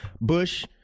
Bush